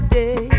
day